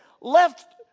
left